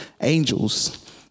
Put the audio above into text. angels